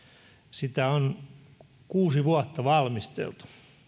sitä on kuusi vuotta valmisteltu